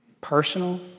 personal